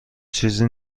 چیزی